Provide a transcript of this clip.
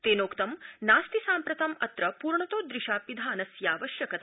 तेनोक्तं नास्ति साम्प्रतं अत्र पूर्णतोदृशा पिधानस्यावश्यकता